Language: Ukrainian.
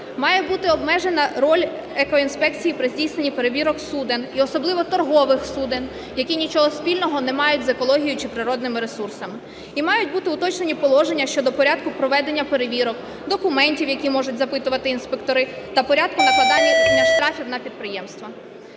Має бути обмежена роль екоінспекцій при здійсненні перевірок суден, і особливо торгових суден, які нічого спільного не мають з екологією чи природними ресурсами. І мають бути уточнені положення щодо порядку проведення перевірок. Документів, які можуть запитувати інспектори. Та порядку накладання штрафів на підприємства.